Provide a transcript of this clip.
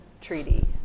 treaty